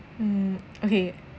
mm okay